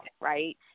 Right